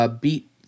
beat